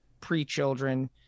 pre-children